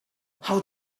how